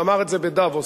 אמר את זה בדבוס.